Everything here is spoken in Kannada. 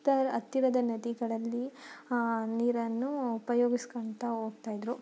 ಅತ್ತರ ಹತ್ತಿರದ ನದಿಗಳಲ್ಲಿ ನೀರನ್ನು ಉಪಯೋಗಿಸ್ಕೊಂತಾ ಹೋಗ್ತಾ ಇದ್ದರು